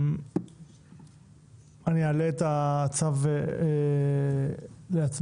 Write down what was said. אני אעלה את הצו להצבעה.